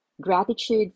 Gratitude